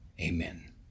Amen